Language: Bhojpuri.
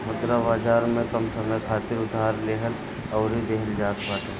मुद्रा बाजार में कम समय खातिर उधार लेहल अउरी देहल जात बाटे